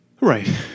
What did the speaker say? Right